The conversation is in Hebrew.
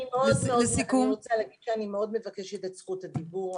אני רוצה להגיד שאני מאוד מבקשת את זכות הדיבור.